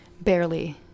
barely